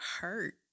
hurt